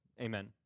Amen